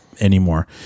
anymore